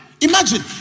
Imagine